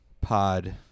Pod